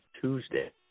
Tuesday